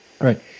Right